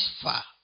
far